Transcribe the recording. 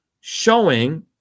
showing